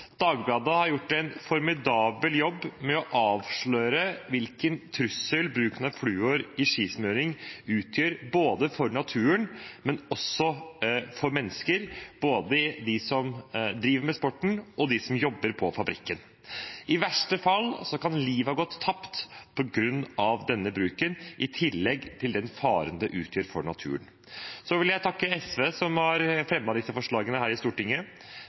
Dagbladet har gjort en formidabel jobb med å avsløre hvilken trussel bruken av fluor i skismøring utgjør både for naturen og for mennesker – både de som driver med sporten, og de som jobber på fabrikken. I verste fall kan liv ha gått tapt på grunn av denne bruken, i tillegg til den faren det utgjør for naturen. Jeg vil takke SV, som har fremmet disse forslagene her i Stortinget.